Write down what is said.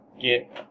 get